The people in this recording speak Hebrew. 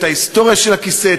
את ההיסטוריה של הכיסא,